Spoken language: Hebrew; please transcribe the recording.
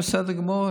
בסדר גמור,